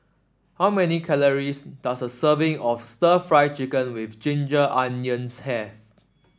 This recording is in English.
how many calories does a serving of stir Fry Chicken with Ginger Onions have